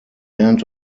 end